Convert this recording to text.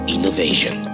Innovation